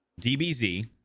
DBZ